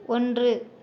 ஒன்று